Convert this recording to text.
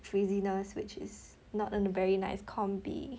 frizziness which is not a very nice combi